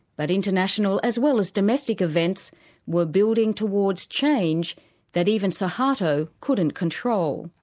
but international as well as domestic events were building towards change that even soeharto couldn't control.